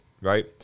right